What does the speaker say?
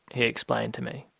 he explained to me.